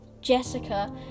Jessica